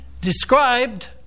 described